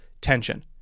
tension